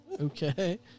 Okay